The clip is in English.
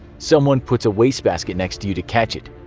someone puts a wastebasket next to you to catch it.